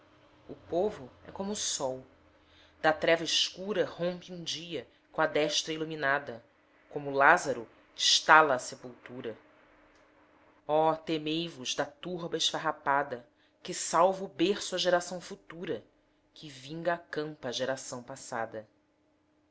o povo é como o sol da treva escura rompe um dia coa destra iluminada como o lázaro estala a sepultura oh temei vos da turba esfarrapada que salva o berço à geração futura que vinga a campa à geração passada